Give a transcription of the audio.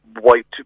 white